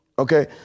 Okay